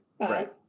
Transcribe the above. right